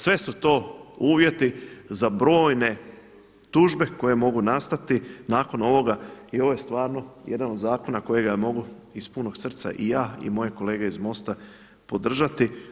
Sve su to uvjeti za brojne tužbe koje mogu nastati nakon ovoga i ovo je stvarno jedan od zakona kojega mogu iz punog srca i ja i moje kolege iz MOST-a podržati.